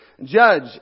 judge